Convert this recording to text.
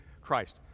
christ